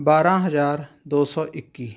ਬਾਰ੍ਹਾਂ ਹਜ਼ਾਰ ਦੋ ਸੌ ਇੱਕੀ